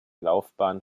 laufbahn